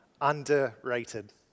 underrated